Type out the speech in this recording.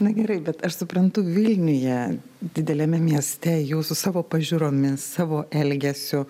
na gerai bet aš suprantu vilniuje dideliame mieste jau su savo pažiūromis savo elgesiu